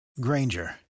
Granger